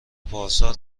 پارسال